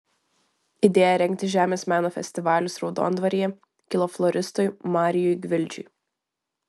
idėja rengti žemės meno festivalius raudondvaryje kilo floristui marijui gvildžiui